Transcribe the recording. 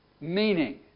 Meaning